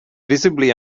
visibly